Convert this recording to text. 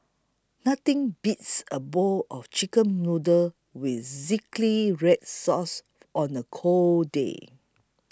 nothing beats a bowl of Chicken Noodles with Zingy Red Sauce on a cold day